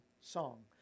song